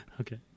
Okay